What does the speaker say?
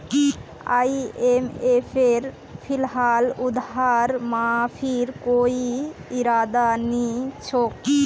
आईएमएफेर फिलहाल उधार माफीर कोई इरादा नी छोक